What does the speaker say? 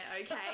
okay